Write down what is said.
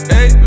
Hey